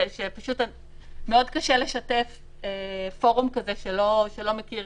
שפשוט מאוד קשה לשתף פורום כזה שלא מכיר